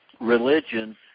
religion